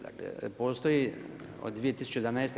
Dakle postoji od 2011.